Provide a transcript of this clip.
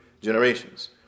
generations